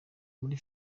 muri